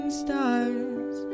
stars